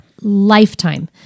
lifetime